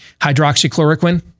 hydroxychloroquine